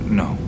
no